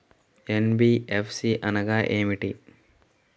NBFC అనగా ఏమిటీ?